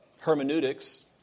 hermeneutics